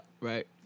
right